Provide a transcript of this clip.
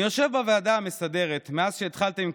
אני יושב בוועדה המסדרת מאז שהתחלתם עם